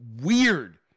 weird